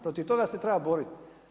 Protiv toga se treba borit.